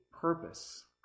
purpose